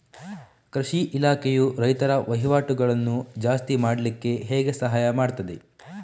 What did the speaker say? ಕೃಷಿ ಇಲಾಖೆಯು ರೈತರ ವಹಿವಾಟುಗಳನ್ನು ಜಾಸ್ತಿ ಮಾಡ್ಲಿಕ್ಕೆ ಹೇಗೆ ಸಹಾಯ ಮಾಡ್ತದೆ?